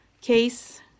case